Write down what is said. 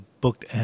booked